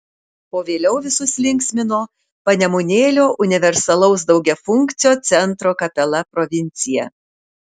o vėliau visus linksmino panemunėlio universalaus daugiafunkcio centro kapela provincija